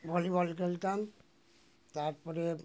volleyball খেলতাম তার পরে